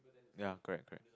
ya correct correct